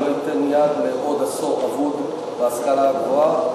ואני לא אתן יד לעוד עשור אבוד בהשכלה הגבוהה,